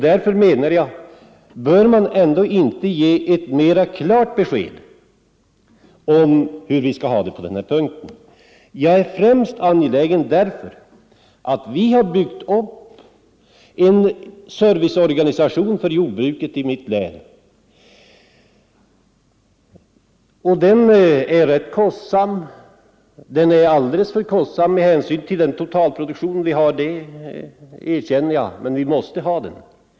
Därför menar jag att det behövs ett mera klart besked om hur vi skall ha det på den här punkten. Jag är angelägen om detta främst därför att vi har byggt upp en serviceorganisation för jordbruket i mitt län vilken är rätt kostsam — och alldeles för kostsam med hänsyn till den totalproduktion vi har, det erkänner jag, men vi måste ha den.